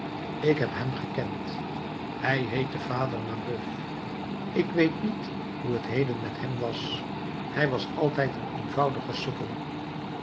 ik heb hem gekend hij heette vader mabeuf ik weet niet hoe t heden met hem was hij was altijd een eenvoudige sukkel